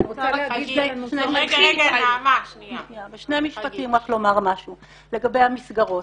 אני רוצה בשני משפטים רק לומר משהו לגבי המסגרות.